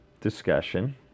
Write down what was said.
discussion